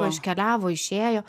iškeliavo išėjo